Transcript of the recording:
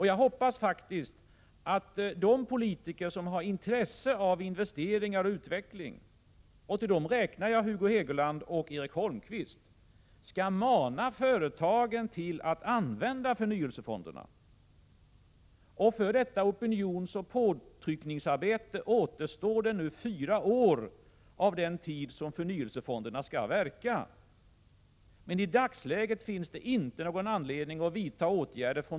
Jag hoppas faktiskt att de politiker som har intresse av investeringar och utveckling — till dem räknar jag Hugo Hegeland och Erik Holmkvist — skall mana företagen att använda förnyelsefonderna. För detta opinionsoch påtryckningsarbete återstår nu fyra år av den tid som förnyelsefonderna skall verka. Men i dagsläget finns inte någon anledning för regeringen att vidta åtgärder.